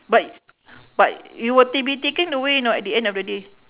but but you will t~ be taken away know at the end of the day